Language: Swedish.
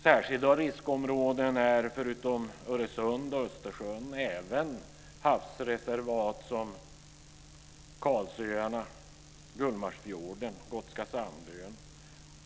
Särskilda riskområden är förutom Öresund och Östersjön även havsreservat som Karlsöarna, Gullmarsfjorden och Gotska Sandön.